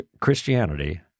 Christianity—